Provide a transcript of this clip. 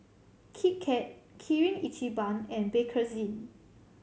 Kit Kat Kirin Ichiban and Bakerzin